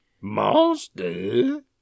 Monster